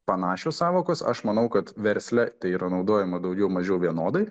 panašios sąvokos aš manau kad versle tai yra naudojama daugiau mažiau vienodai